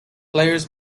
players